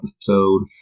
episode